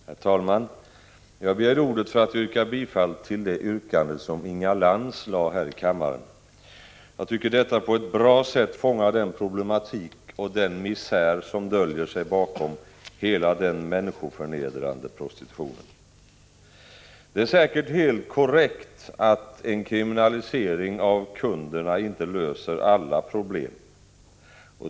Herr talman! Jag begärde ordet för att yrka bifall till det yrkande som Inga Lantz lade fram här i kammaren. Det fångar på ett bra sätt den problematik och den misär som döljer sig bakom hela den människoförnedrande prostitutionen. Det är säkert helt korrekt att en kriminalisering av kunderna inte löser alla problem.